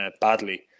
badly